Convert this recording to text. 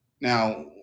Now